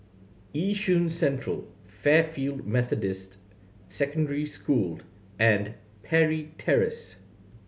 Yishun Central Fairfield Methodist Secondary School and Parry Terrace